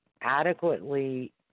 adequately